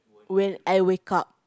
when I wake up